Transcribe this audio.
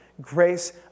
Grace